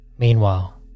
Meanwhile